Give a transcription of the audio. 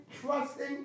trusting